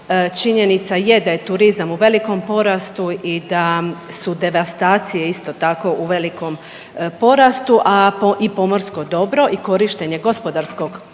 činjenica je da je turizam u velikom porastu i da su devastacije isto tako u velikom porastu, a i pomorsko dobro i korištenje gospodarskog korištenja